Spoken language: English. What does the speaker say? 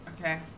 Okay